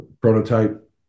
prototype